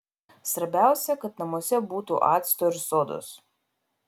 svarbiausia kad namuose būtų acto ir sodos